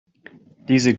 diese